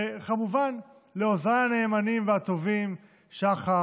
וכמובן לעוזריי הנאמנים והטובים שחר,